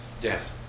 Yes